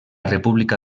república